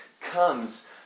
comes